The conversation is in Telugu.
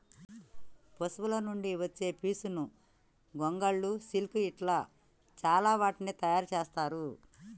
పశువుల నుండి వచ్చే పీచును గొంగళ్ళు సిల్క్ ఇట్లా చాల వాటిని తయారు చెత్తారు